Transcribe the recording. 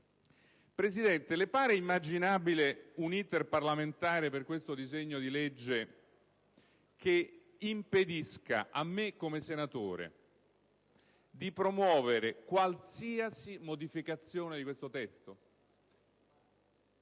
Presidente, le sembra immaginabile un *iter* parlamentare per questo disegno di legge che impedisca a me, come senatore, di promuovere qualsiasi modificazione del testo?